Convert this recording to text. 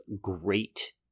great